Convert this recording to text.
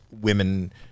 women